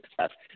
success